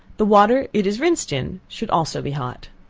the water it is rinsed in should also be hot.